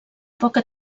poca